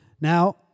Now